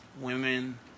women